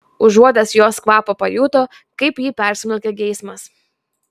užuodęs jos kvapą pajuto kaip jį persmelkia geismas